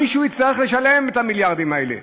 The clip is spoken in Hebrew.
מישהו יצטרך לשלם את המיליארדים האלה.